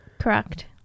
Correct